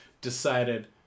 decided